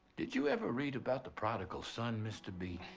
did you ever read about the prodigal son, mr. b?